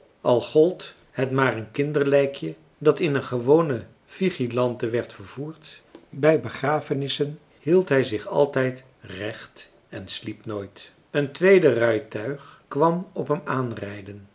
al gold het maar een kinderlijkje dat in een gewone vigilante werd vervoerd bij begrafenissen hield hij zich altijd recht en sliep nooit een tweede rijtuig kwam op hem aanrijden